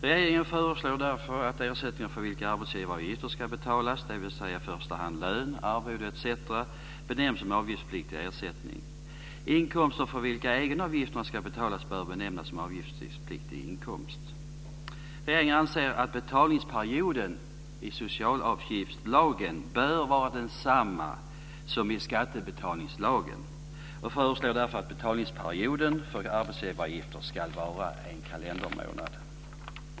Regeringen föreslår att ersättningar för vilka arbetsgivaravgifter ska betalas, dvs. i första hand lön, arvode, etc., benämns avgiftspliktig ersättning. Inkomster för vilka egenavgifter ska betalas bör benämnas avgiftspliktig inkomst. Regeringen anser att betalningsperioden i socialavgiftslagen bör vara densamma som i skattebetalningslagen och föreslår därför att betalningsperioden för arbetsgivaravgifter ska vara en kalendermånad.